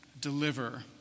deliver